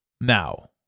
now